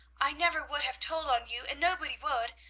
i never would have told on you, and nobody would.